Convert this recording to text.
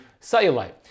cellulite